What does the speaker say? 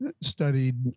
studied